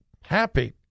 happy